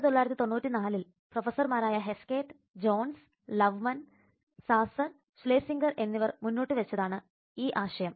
1994 ൽ പ്രൊഫസർമാരായ Heskett Jones Loveman Sasser Schlesinger എന്നിവർ മുന്നോട്ടു വെച്ചതാണ് ഈ ആശയം